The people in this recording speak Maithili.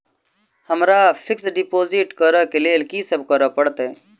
हमरा फिक्स डिपोजिट करऽ केँ लेल की सब करऽ पड़त?